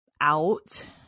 out